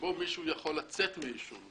שבו מישהו יכול לצאת מעישון.